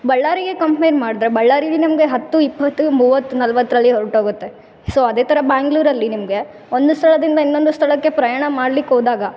ಬಳ್ಳಾರಿಗೆ ಕಂಪೇರ್ ಮಾಡಿದ್ರೆ ಬಳ್ಳಾರೀಲಿ ನಮಗೆ ಹತ್ತು ಇಪ್ಪತ್ತು ಮೂವತ್ತು ನಲ್ವತ್ತರಲ್ಲಿ ಹೊರಟೋಗುತ್ತೆ ಸೊ ಅದೇ ಥರ ಬ್ಯಾಂಗ್ಳೂರಲ್ಲಿ ನಿಮಗೆ ಒಂದು ಸ್ಥಳದಿಂದ ಇನ್ನೊಂದು ಸ್ಥಳಕ್ಕೆ ಪ್ರಯಾಣ ಮಾಡಲಿಕ್ಕೊದಾಗ